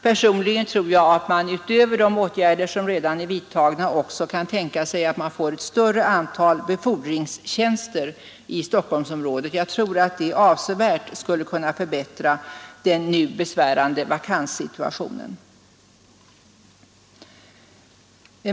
Personligen tror jag att man utöver de åtgärder som redan är vidtagna kan tänka sig ett större antal befordringstjänster i Stockholmsområdet. Jag tror att det avsevärt skulle kunna förbättra den nu besvärande vakanssituationen.